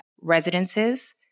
residences